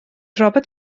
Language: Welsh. robert